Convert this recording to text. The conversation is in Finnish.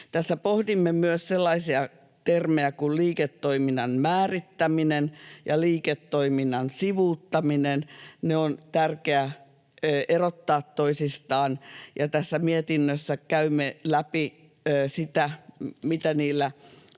Tässä pohdimme myös sellaisia termejä kuin ”liiketoiminnan määrittäminen” ja ”liiketoiminnan sivuuttaminen”. Ne on tärkeä erottaa toisistaan, ja tässä mietinnössä käymme läpi sitä, mitä niillä